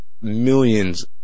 millions